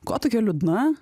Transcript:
ko tokia liūdna